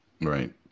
Right